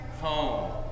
home